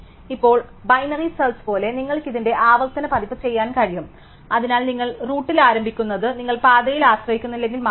ഇപ്പോൾ binary search പോലെ നിങ്ങൾക്ക് ഇതിന്റെ ആവർത്തന പതിപ്പ് ചെയ്യാൻ കഴിയും അതിനാൽ നിങ്ങൾ റൂട്ടിൽ ആരംഭിക്കുന്നത് നിങ്ങൾ പാതയിൽ ആശ്രയിക്കുന്നില്ലെങ്കിൽ മാത്രം